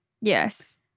Yes